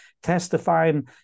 testifying